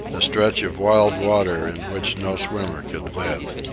a stretch of wild water in which no swimmer could live.